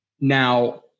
Now